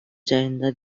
жайында